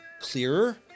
clearer